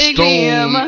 Stone